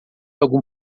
algum